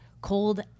cold